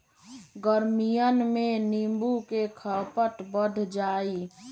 गर्मियन में नींबू के खपत बढ़ जाहई